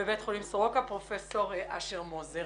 בבית חולים סורוקה, פרופסור אשר מוזר